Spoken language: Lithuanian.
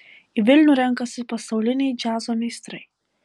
į vilnių renkasi pasauliniai džiazo meistrai